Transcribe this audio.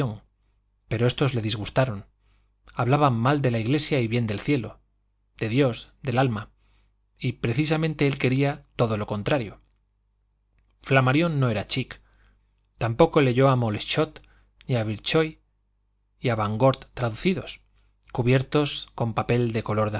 pero estos le disgustaron hablaban mal de la iglesia y bien del cielo de dios del alma y precisamente él quería todo lo contrario flammarion no era chic también leyó a moleschott y a virchov y a vogt traducidos cubiertos con papel de color